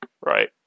right